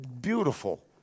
beautiful